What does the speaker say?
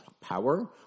power